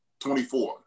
24